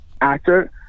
actor